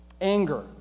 Anger